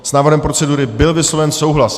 S návrhem procedury byl vysloven souhlas.